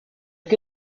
que